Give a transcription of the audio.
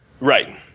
Right